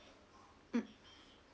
mm